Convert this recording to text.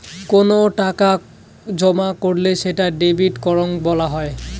কোনো টাকা জমা করলে সেটা ডেবিট করাং বলা হই